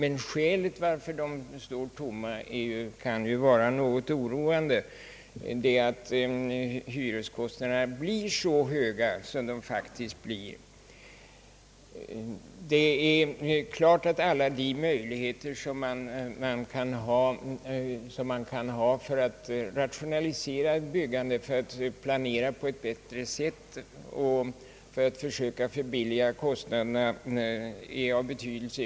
Anledningen till att de gör det kan däremot vara något oroande, nämligen att hyrorna är så höga som de faktiskt är. Det är klart att alla möjligheter som kan finnas att rationalisera byggandet, planera på ett bättre sätt och försöka sänka kostnaderna är av betydelse.